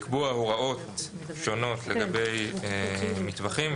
לקבוע הוראות שונות לגבי מטווחים,